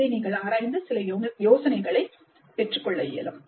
இதை நீங்கள் ஆராய்ந்து சில யோசனைகளை பெற்றுக்கொள்ள இயலும்